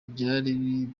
byari